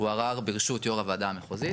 הוא ערר ברשות יו"ר הוועדה המחוזית.